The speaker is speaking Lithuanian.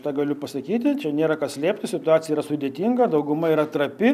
tą galiu pasakyti čia nėra ką slėpti situacija yra sudėtinga dauguma yra trapi